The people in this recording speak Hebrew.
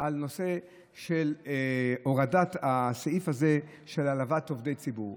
על נושא הורדת הסעיף של העלבת עובדי ציבור.